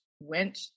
went